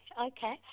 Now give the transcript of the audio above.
okay